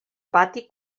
pati